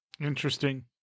Interesting